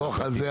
תסמוך על זה,